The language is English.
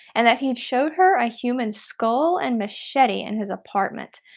and that he'd showed her a human skull and machete in his apartment.